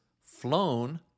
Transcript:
flown